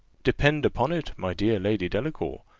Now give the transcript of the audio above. depend upon it, my dear lady delacour,